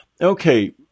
Okay